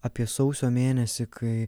apie sausio mėnesį kai